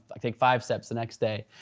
like take five steps the next day.